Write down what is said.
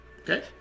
Okay